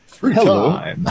Hello